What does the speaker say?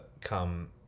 come